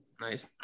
Nice